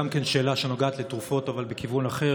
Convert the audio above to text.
גם כן שאלה שנוגעת לתרופות אבל בכיוון אחר,